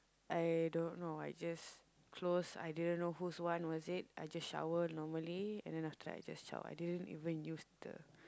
I don't know I just close I didn't know whose one was it I just shower normally and then after that I just shower I didn't even use the